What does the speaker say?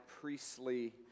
priestly